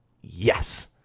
Yes